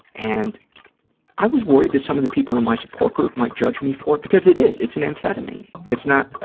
and i was worried that some of the people in my support group might judge me for it, because it is, it's an amphetamine. it's not,